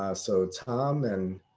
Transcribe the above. ah so, tom and